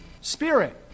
Spirit